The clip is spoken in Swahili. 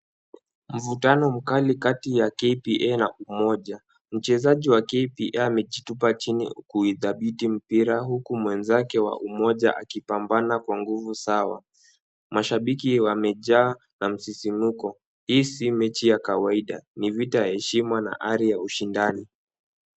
Mvutano mkali kati ya KPA na UMOJA. Mchezaji wa KPA amejitupa chini kuidhabiti mpira huku, mwenzake wa UMOJA akipambana kwa nguvu sawa. Mashabiki wamejaa na msisimuko. Hii si mechi ya kawaida, ni vita ya heshima na ari ya ushindano.